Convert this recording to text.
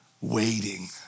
waiting